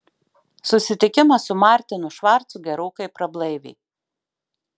susitikimas su martinu švarcu gerokai prablaivė